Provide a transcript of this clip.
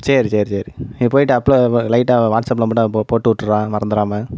சரி சரி சரி நீ போய்ட்டு அப்லோ லைட்டாக வாட்ஸ்ஆப்ல மட்டும் போ போட்டுவிட்டுர்றா மறந்துடாம